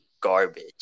garbage